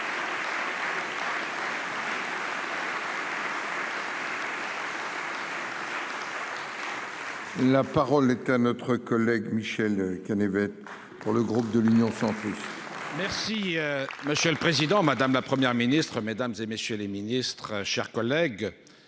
La parole est à notre collègue Michel qui en avait pour le groupe de l'Union, santé. Merci monsieur le président, madame la première ministre, mesdames et messieurs les Ministres, chers collègues,